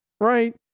right